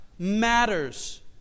matters